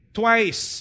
twice